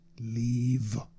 leave